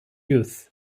youth